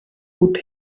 put